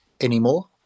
anymore